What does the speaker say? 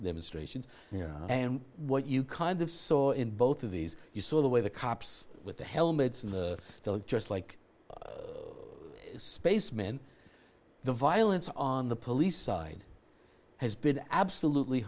demonstrations and what you kind of saw in both of these you saw the way the cops with the helmets and they'll just like spacemen the violence on the police side has been absolutely